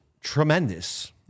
tremendous